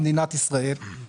כשממשלת ישראל מציקה לחקלאים,